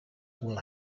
will